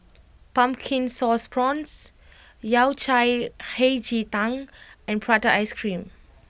Pumpkin Sauce Prawns Yao Cai Hei Ji Tang and Prata Ice Cream